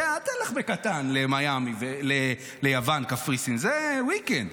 אתה אל תלך בקטן ליוון, קפריסין, זה weekend.